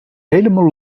helemaal